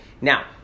Now